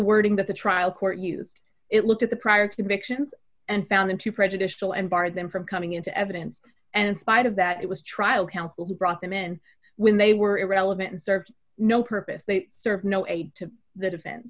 wording that the trial court used it looked at the prior convictions and found them to prejudicial and bar them from coming into evidence and in spite of that it was trial counsel who brought them in when they were irrelevant and served no purpose they serve no aid to th